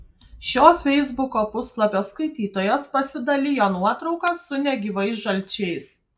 šio feisbuko puslapio skaitytojas pasidalijo nuotrauka su negyvais žalčiais